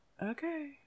Okay